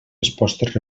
respostes